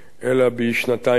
אלא בשנתיים בלבד.